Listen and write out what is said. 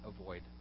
avoid